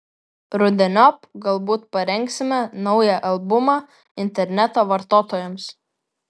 rudeniop galbūt parengsime naują albumą interneto vartotojams